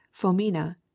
fomina